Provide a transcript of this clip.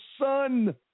son